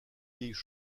vieilles